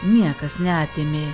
niekas neatėmė